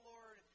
Lord